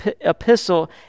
epistle